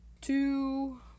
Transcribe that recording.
two